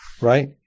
Right